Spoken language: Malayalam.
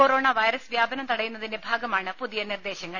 കൊറോണ വൈറസ് വ്യാപനം തടയുന്നതിന്റെ ഭാഗമാണ് പുതിയ നിർദ്ദേശങ്ങൾ